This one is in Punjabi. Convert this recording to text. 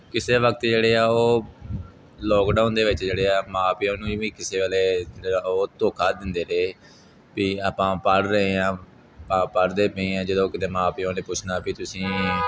ਕਿਸੇ ਵਕਤ ਜਿਹੜੇ ਆ ਉਹ ਲੋਕਡਾਊਨ ਦੇ ਵਿੱਚ ਜਿਹੜੇ ਆ ਮਾਂ ਪਿਓ ਨੂੰ ਵੀ ਕਿਸੇ ਵੇਲੇ ਉਹ ਧੋਖਾ ਦਿੰਦੇ ਨੇ ਵੀ ਆਪਾਂ ਪੜ੍ਹ ਰਹੇ ਹਾਂ ਆਪਾਂ ਪੜ੍ਹਦੇ ਪਏ ਹਾਂ ਜਦੋਂ ਕਿਤੇ ਮਾਂ ਪਿਓ ਨੇ ਪੁੱਛਣਾ ਵੀ ਤੁਸੀਂ